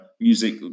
music